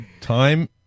Time